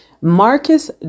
marcus